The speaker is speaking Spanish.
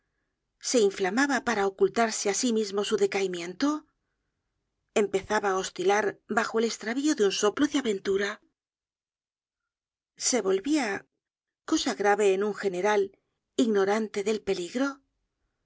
se inflamaba para ocultarse á sí mismo su decaimiento empezaba á oscilar bajo el estravío de un soplo de aventura se volvía cosa grave en un general ignorante del peligro